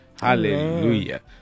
hallelujah